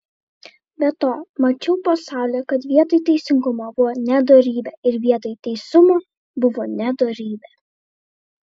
be to mačiau po saule kad vietoj teisingumo buvo nedorybė ir vietoj teisumo buvo nedorybė